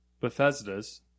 Bethesda's